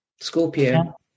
Scorpio